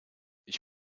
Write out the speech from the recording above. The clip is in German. ich